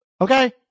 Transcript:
Okay